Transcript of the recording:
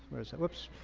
there's oops.